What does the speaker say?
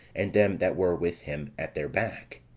and them that were with him, at their back